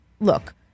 look